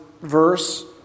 verse